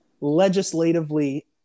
legislatively